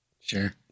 Sure